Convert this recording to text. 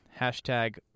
Hashtag